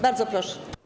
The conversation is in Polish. Bardzo proszę.